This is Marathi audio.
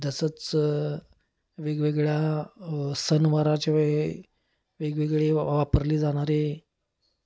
जसंच वेगवेगळ्या सणावाराच्या वे वेगवेगळी वापरली जाणारे